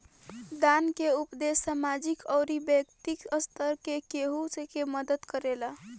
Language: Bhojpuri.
दान के उपदेस सामाजिक अउरी बैक्तिगत स्तर पर केहु के मदद करेला